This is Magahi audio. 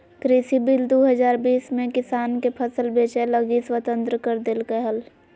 कृषि बिल दू हजार बीस में किसान के फसल बेचय लगी स्वतंत्र कर देल्कैय हल